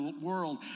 world